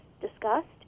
discussed